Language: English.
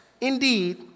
indeed